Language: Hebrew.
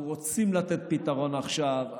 אנחנו רוצים לתת פתרון עכשיו.